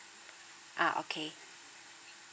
ah okay